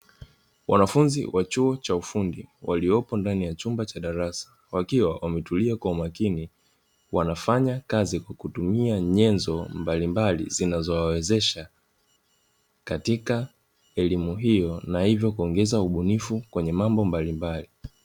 Wanafunzi wa chuo cha ufundi waliopo ndani ya chumba cha darasa wakiwa wametulia kwa makini, wanafanya kazi kwa kutumia nyenzo mbalimbali zinazowawezesha katika elimu hiyo na hivyo kuongeza ubunifu kwenye mambo mbalimbali.